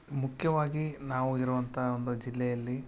ಮುಖ್ಯವಾಗಿ ನಾವು ಇರುವಂತ ಒಂದು ಜಿಲ್ಲೆಯಲ್ಲಿ